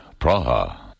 Praha